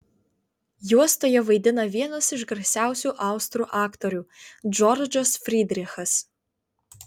juostoje vaidina vienas iš garsiausių austrų aktorių džordžas frydrichas